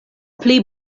pli